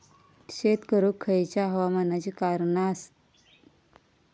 शेत करुक खयच्या हवामानाची कारणा आसत?